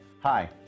Hi